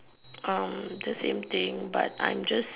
um the same thing but I'm just